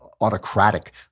autocratic